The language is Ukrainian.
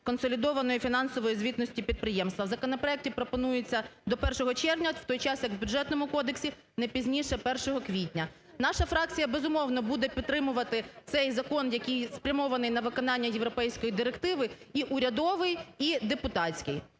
консолідованої фінансової звітності підприємства. В законопроекті пропонується до 1 червня, в той час як в Бюджетному кодексі – не пізніше 1 квітня. Наша фракція, безумовно, буде підтримувати цей закон, який спрямований на виконання Європейської директиви, і урядовий, і депутатський.